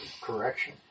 correction